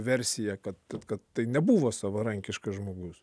versija kad kad tai nebuvo savarankiškas žmogus